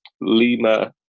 Lima